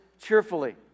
cheerfully